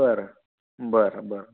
बरं बरं बरं